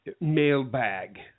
mailbag